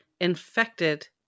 infected